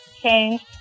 change